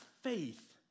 faith